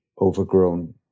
overgrown